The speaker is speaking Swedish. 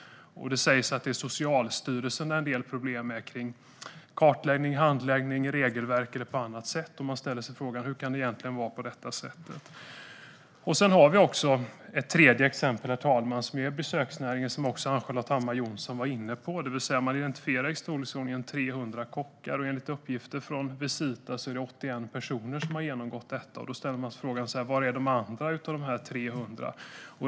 Det sägs att det finns en del problem med Socialstyrelsen när det gäller kartläggning, handläggning, regelverk och andra saker. Man ställer sig frågan: Hur kan det egentligen vara på detta sätt? Herr talman! Det finns ett tredje exempel, nämligen besöksnäringen, som Ann-Charlotte Hammar Johnsson var inne på. Man har identifierat i storleksordningen 300 kockar, och enligt uppgifter från Visita är det 81 personer som har genomgått snabbspår. Man ställer sig frågan: Var är de andra av dessa 300?